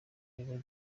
kugira